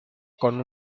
con